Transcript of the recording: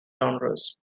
genres